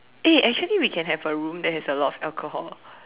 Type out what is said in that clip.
eh actually we can have a room that has a lot of alcohol